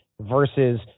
versus